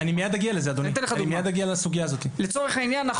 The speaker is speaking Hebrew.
לצורך העניין,